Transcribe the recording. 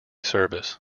service